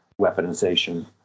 weaponization